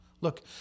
Look